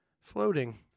floating